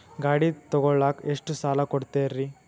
ಗಾಡಿ ತಗೋಳಾಕ್ ಎಷ್ಟ ಸಾಲ ಕೊಡ್ತೇರಿ?